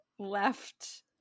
left